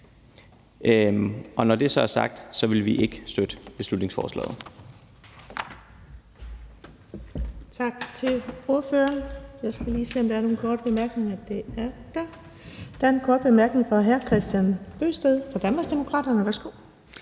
Når det så er sagt, vil vi ikke støtte beslutningsforslaget.